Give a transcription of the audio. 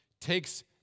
takes